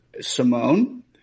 Simone